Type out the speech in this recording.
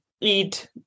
eat